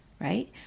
right